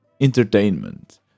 entertainment